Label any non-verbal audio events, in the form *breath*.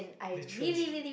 literally *breath*